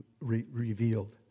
revealed